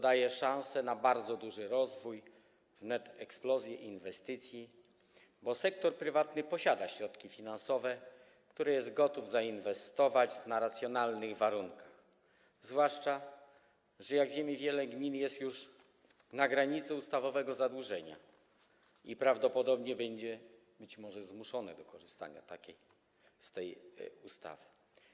Daje to szansę na bardzo duży rozwój, wręcz eksplozję inwestycji, bo sektor prywatny posiada środki finansowe, które jest gotów zainwestować na racjonalnych warunkach, zwłaszcza że - jak wiemy - wiele gmin jest już na granicy ustawowego zadłużenia i prawdopodobnie będzie zmuszonych do korzystania z tej ustawy.